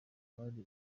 bari